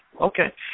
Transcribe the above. Okay